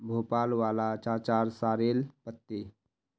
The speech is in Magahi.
भोपाल वाला चाचार सॉरेल पत्ते